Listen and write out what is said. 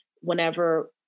whenever